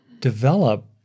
develop